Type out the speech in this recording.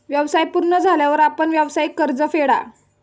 व्यवसाय पूर्ण झाल्यावर आपण व्यावसायिक कर्ज फेडा